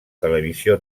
televisió